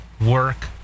work